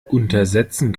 untersetzen